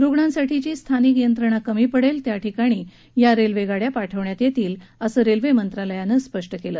रुणांसाठीची स्थानिक यंत्रणा कमी पडेल त्याठिकाणी या रेल्वे पाठवण्यात येतील असं रेल्वे मंत्रालयानं स्पष्ट केलं